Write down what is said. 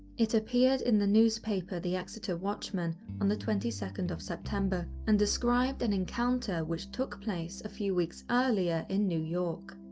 it appeared in the newspaper the exeter watchman on the twenty second of september, and described an encounter which took place a few weeks earlier in new york.